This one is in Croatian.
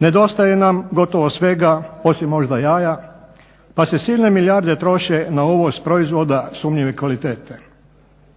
Nedostaje nam gotovo svega osim možda jaja pa se silne milijarde troše na uvoz proizvoda sumnjive kvalitete.